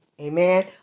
Amen